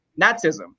Nazism